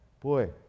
boy